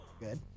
Good